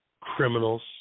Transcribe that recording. criminals